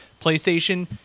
PlayStation